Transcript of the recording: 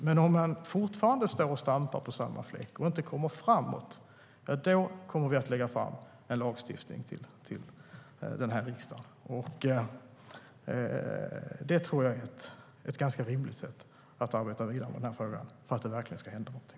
Men om vi fortfarande står och stampar på samma fläck och inte kommer framåt kommer vi att lägga fram förslag till lagstiftning i den här riksdagen. Det tror jag är ett ganska rimligt sätt att arbeta vidare med den här frågan för att det verkligen ska hända någonting.